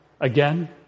again